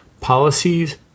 Policies